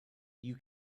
you